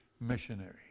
missionary